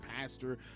pastor